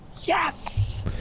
Yes